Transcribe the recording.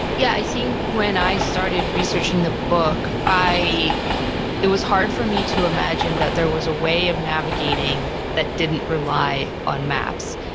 yeah. i think when i started researching the book, it was hard for me to imagine that there was a way of navigating that didn't rely on maps.